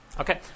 Okay